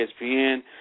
ESPN